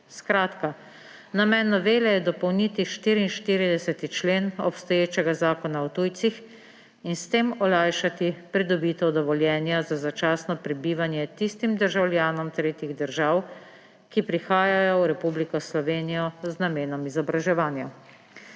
Skratka, namen novele je dopolniti 44. člen obstoječega Zakona o tujcih in s tem olajšati pridobitev dovoljenja za začasno prebivanje tistim državljanom tretjih držav, ki prihajajo v Republiko Slovenijo z namenom izobraževanja.